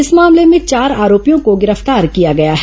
इस मामले में चार आरोपियों को गिरफ्तार किया गया है